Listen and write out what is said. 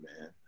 man